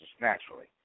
naturally